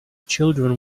children